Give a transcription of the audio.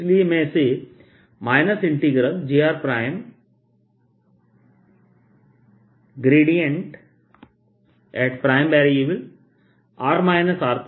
इसलिए मैं इसे jrr rr r3dVइंटीग्रल में लिख सकता हूं